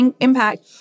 impact